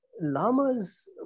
Lamas